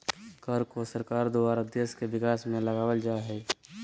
कर को सरकार द्वारा देश के विकास में लगावल जा हय